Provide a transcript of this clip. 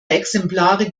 exemplare